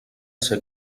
ser